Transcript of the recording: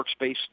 workspace